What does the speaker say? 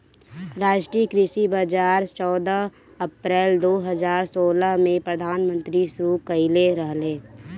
राष्ट्रीय कृषि बाजार चौदह अप्रैल दो हज़ार सोलह में प्रधानमंत्री शुरू कईले रहले